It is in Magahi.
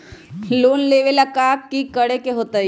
लोन लेबे ला की कि करे के होतई?